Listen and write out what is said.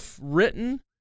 written